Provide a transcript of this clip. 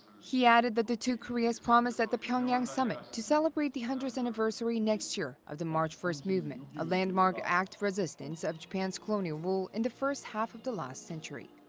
he added that the two koreas promised at the pyeongyang summit to celebrate the one hundredth anniversary next year of the march first movement, a landmark act resistance of japan's colonial rule in the first half of the last century.